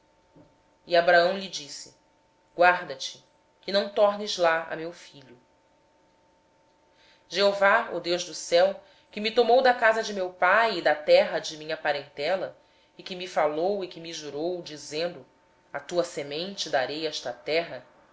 abraão guarda te de fazeres tornar para lá meu filho o senhor deus do céu que me tirou da casa de meu pai e da terra da minha parentela e que me falou e que me jurou dizendo â tua o semente darei esta terra